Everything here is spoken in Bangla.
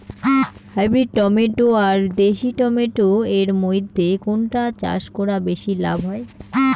হাইব্রিড টমেটো আর দেশি টমেটো এর মইধ্যে কোনটা চাষ করা বেশি লাভ হয়?